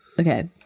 Okay